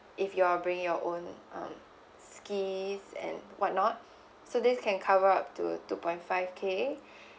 if you're bringing your own um skis and whatnot so this can cover up to two point five K